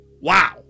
Wow